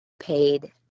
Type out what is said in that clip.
paid